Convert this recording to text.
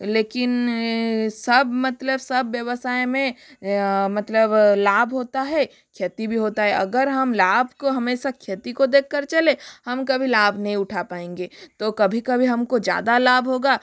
लेकिन सब मतलब सब व्यवसाय में मतलब लाभ होता है क्षति भी होता है अगर हम लाभ को हमेशा क्षति को देख कर चलें हम कभी लाभ नहीं उठा पाएंगे तो कभी कभी हम को ज़्यादा लाभ होगा